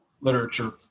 literature